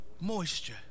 moisture